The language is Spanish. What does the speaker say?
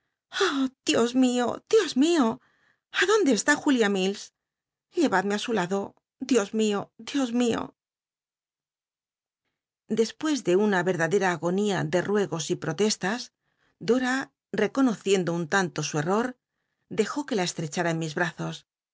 dios mio i dios mio a clónde eslli julia iills i llcradmc á su lado dios mio dios mio dcspues de una yerdadcra agonía de tuegos y t'i'ol protestas dom reconociendo un tant o su c dejó que la esltecl ua en mis brazos